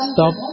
Stop